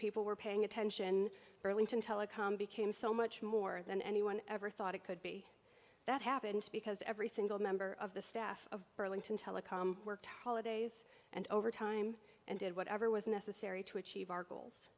people were paying attention burlington telecom became so much more than anyone ever thought it could be that happened because every single member of the staff of burlington telecom worked holidays and overtime and did whatever was necessary to achieve our goals